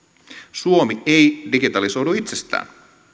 suomi ei digitalisoidu itsestään